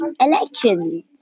elections